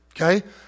okay